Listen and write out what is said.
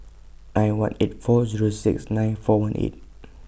nine one eight four Zero six nine four one eight